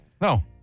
No